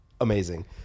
amazing